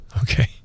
Okay